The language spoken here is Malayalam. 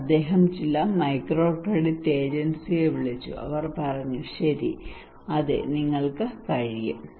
അതിനാൽ അദ്ദേഹം ചില മൈക്രോക്രെഡിറ്റ് ഏജൻസിയെ വിളിച്ചു അവർ പറഞ്ഞു ശരി അതെ നിങ്ങൾക്ക് കഴിയും